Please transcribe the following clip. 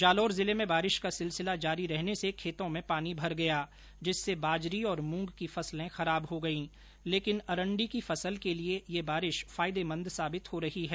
जालोर जिले में बारिश का सिलसिला जारी रहने से खेतों में पानी भर गया जिससे बाजरी और मूंग की फसले खराब हो गई लेकिन अरण्डी की फसल के लिये यह बारिश फायदेमंद साबित हो रही है